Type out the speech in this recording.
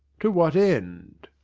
to what end?